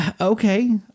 okay